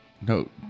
No